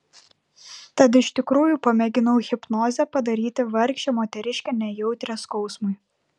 tad iš tikrųjų pamėginau hipnoze padaryti vargšę moteriškę nejautrią skausmui